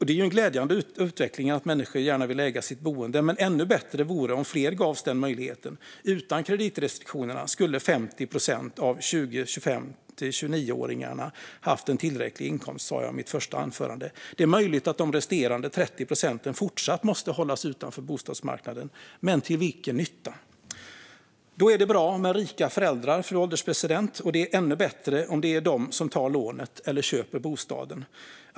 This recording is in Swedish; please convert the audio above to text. Det är en glädjande utveckling att människor gärna vill äga sitt boende, men ännu bättre vore det om fler gavs denna möjlighet. Utan kreditrestriktionerna skulle 50 procent av 25-29-åringarna haft en tillräcklig inkomst, sa jag i mitt första anförande. Det är möjligt att de resterande 30 procenten fortfarande måste hållas utanför bostadsmarknaden, men till vilken nytta? Då är det bra med rika föräldrar, fru ålderspresident, och det är ännu bättre om det är de som tar lånet eller köper bostaden.